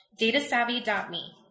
datasavvy.me